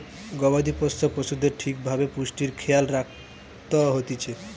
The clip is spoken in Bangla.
গবাদি পোষ্য পশুদের ঠিক ভাবে পুষ্টির খেয়াল রাখত হতিছে